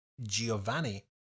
Giovanni